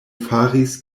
faris